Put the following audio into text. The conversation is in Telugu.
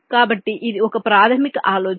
కాబట్టి ఇది ఒక ప్రాథమిక ఆలోచన